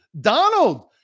Donald